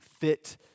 fit